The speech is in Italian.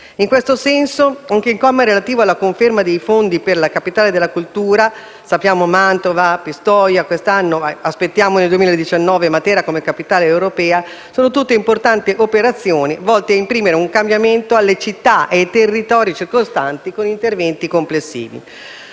In questo senso cito anche il comma relativo alla conferma dei fondi per la Capitale della cultura: sappiamo di Mantova e di Pistoia e aspettiamo, nel 2019, Matera come capitale europea. Sono tutte importanti operazioni volte a imprimere un cambiamento alle città e al territorio circostante con interventi complessivi.